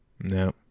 No